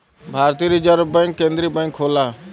भारतीय reserve bank केन्द्रीय bank होला